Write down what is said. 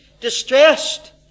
distressed